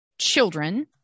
children